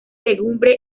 legumbre